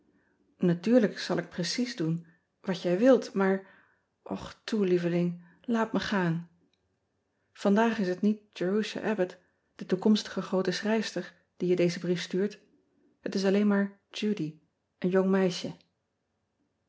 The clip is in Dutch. atuurlijk zal ik precies doen wat jij wilt maar och toe lieveling laat me gaan ean ebster adertje angbeen andaag is het niet erusha bbott de toekomstige groote schrijfster die je dezen brief stuurt het is alleen maar udy een jong meisje